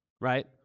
right